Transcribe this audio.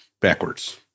backwards